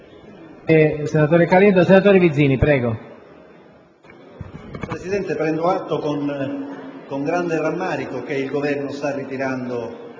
Presidente, prendo atto con grande rammarico che il Governo intende ritirare